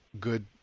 good